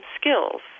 skills